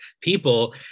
people